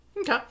okay